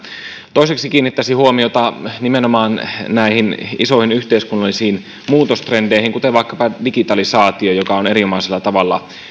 toiseksi kiinnittäisin huomiota nimenomaan näihin isoihin yhteiskunnallisiin muutostrendeihin kuten vaikkapa digitalisaatioon joka on erinomaisella tavalla